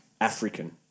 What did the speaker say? African